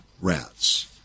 rats